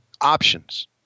options